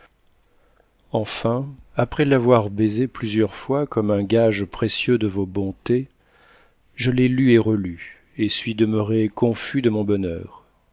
enfin après l'avoir baisée plusieurs fois comme un gage précieux de vos bontés je l'ai lue et relue et sois demeuré confus de mon bonheur